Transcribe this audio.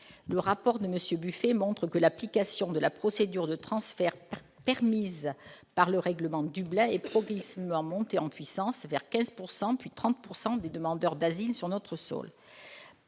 Le rapport de M. Buffet montre que l'application de la procédure de transfert permise par le règlement Dublin est progressivement montée en puissance pour concerner 15 %, puis 30 % des demandeurs d'asile sur notre sol.